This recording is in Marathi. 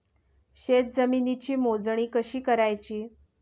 शेत जमिनीची मोजणी कशी करायची?